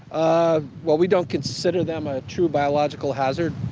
ah well, we don't consider them a true biological hazard.